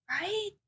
Right